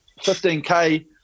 15K